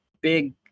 big